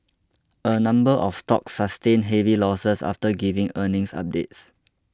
a number of stocks sustained heavy losses after giving earnings updates